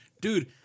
dude